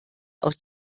aus